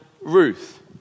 Ruth